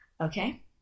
okay